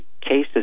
cases